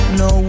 no